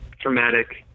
traumatic